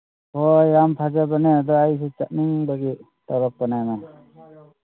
ꯍꯣꯏ ꯌꯥꯝ ꯐꯖꯕꯅꯦ ꯑꯗ ꯑꯩꯁꯨ ꯆꯠꯅꯤꯡꯕꯒꯤ ꯇꯧꯔꯛꯄꯅꯦꯃꯦ